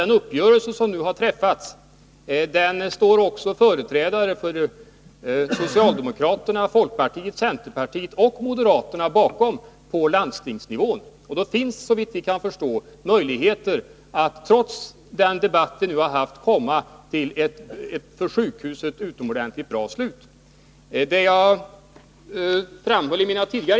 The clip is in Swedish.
Den uppgörelse som har träffats ställer sig också företrädare för socialdemokraterna, folkpartiet, centerpartiet och moderaterna på landstingsnivå bakom. Därmed finns, såvitt vi kan förstå, möjligheter att — trots den debatt som vi här har fört — uppnå ett utomordentligt bra resultat för sjukhuset.